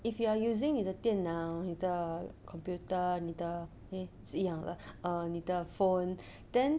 if you are using 你的电脑你的 computer 你的 eh 是一样的 ah 你的 phone then